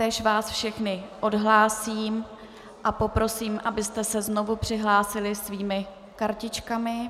Taktéž vás všechny odhlásím a poprosím, abyste se znovu přihlásili svými kartičkami.